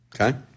okay